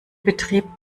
betrieb